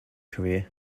career